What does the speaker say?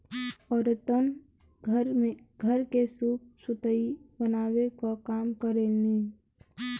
औरतन घर के सूप सुतुई बनावे क काम करेलीन